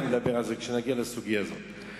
נדבר על זה כשנגיע לסוגיה הזאת.